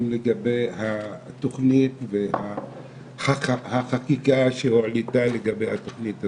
לגבי התוכנית והחקיקה שהועלתה לגבי התוכנית הזאת.